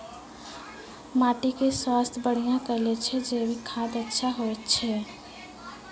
माटी के स्वास्थ्य बढ़िया करै ले जैविक खाद अच्छा होय छै?